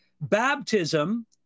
Baptism